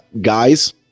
guys